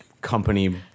company